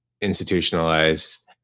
institutionalized